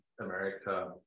America